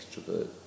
extrovert